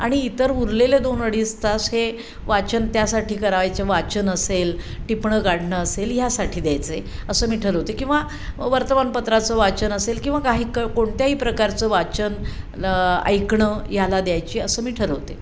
आणि इतर उरलेले दोन अडीच तास हे वाचन त्यासाठी करावयाचे वाचन असेल टिपणं काढणं असेल ह्यासाठी द्यायचं आहे असं मी ठरवते किंवा वर्तमानपत्राचं वाचन असेल किंवा काही क कोणत्याही प्रकारचं वाचन ऐकणं याला द्यायची असं मी ठरवते